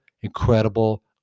incredible